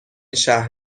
شهر